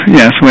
yes